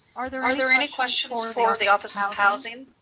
are there are there any questions for the office of housing?